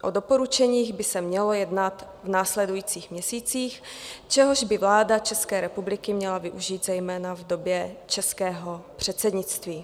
O doporučeních by se mělo jednat v následujících měsících, čehož by vláda České republiky měla využít zejména v době českého předsednictví.